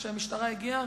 וכשהמשטרה הגיעה,